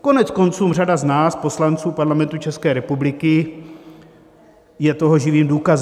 Koneckonců řada z nás, poslanců Parlamentu České republiky, je toho živým důkazem.